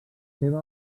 seva